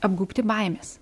apgaubti baimės